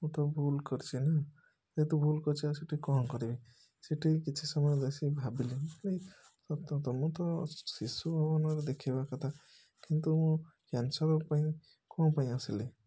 ମୁଁ ତ ଭୁଲ କରିଛି ନା ଯେହେତୁ ଭୁଲ କରିଛି ଆଉ ସେଇଠି କ'ଣ କରିବି ସେଇଠି କିଛି ସମୟ ବସିକି ଭାବିଲି ମୁଁ କହିଲି ତୁମକୁ ତ ଶିଶୁଭବନରେ ଦେଖେଇବା କଥା କିନ୍ତୁ ମୁଁ କ୍ୟାନସଲ୍ ପାଇଁ କ'ଣ ପାଇଁ ଆସିଲି